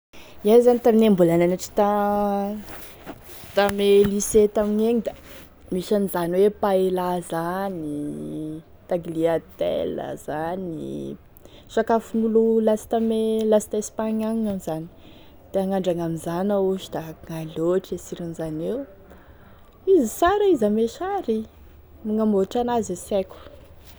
Iay zany tamin'iay mbola nianatry tame lycée tamignegny da nisy an'i zany hoe paëlla zany, tagliatelles zany, sakafon'olo lasta ame lasta Espagne agny zany, ta hagnadragny an'izany iaho, vasa akognaia loatry e siron'izany eo, izy sara izy ame sary fa gne magnamboatry an'azy e sy aiko.